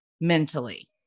mentally